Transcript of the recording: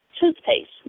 toothpaste